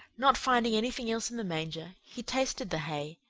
not finding anything else in the manger, he tasted the hay.